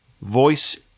Voice